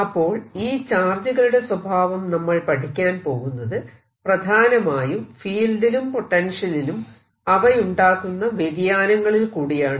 അപ്പോൾ ഈ ചാർജുകളുടെ സ്വഭാവം നമ്മൾ പഠിക്കാൻ പോകുന്നത് പ്രധാനമായും ഫീൽഡിലും പൊട്ടൻഷ്യലിലും അവയുണ്ടാക്കുന്ന വ്യതിയാനങ്ങളിൽ കൂടിയാണ്